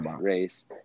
race